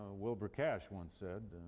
wilbur cash once said.